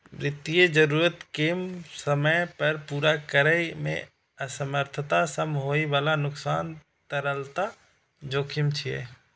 वित्तीय जरूरत कें समय पर पूरा करै मे असमर्थता सं होइ बला नुकसान तरलता जोखिम छियै